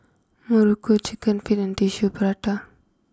Muruku Chicken Feet and Tissue Prata